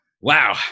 wow